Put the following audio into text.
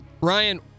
Ryan